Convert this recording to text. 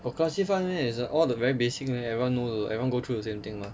got classified meh is like all the very basic then everyone know everyone go through the same thing mah